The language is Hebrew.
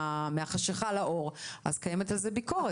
מהחשיכה לאור - אז קיימת על זה ביקורת.